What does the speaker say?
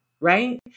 Right